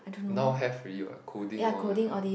now have already what coding all